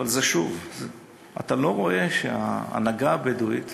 אתה לא רואה שההנהגה הבדואית